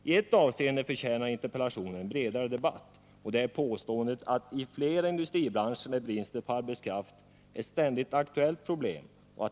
I ett avseende förtjänar interpellationen en bredare debatt, och det gäller följande påstående: ”Inom flera industribranscher är bristen på utbildad arbetskraft ett ständigt aktuellt problem.